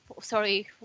Sorry